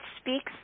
speaks